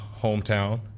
hometown